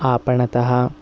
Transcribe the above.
आपणतः